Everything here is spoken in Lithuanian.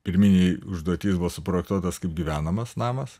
pirminėj užduoty jis buvo suprojektuotas kaip gyvenamas namas